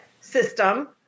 system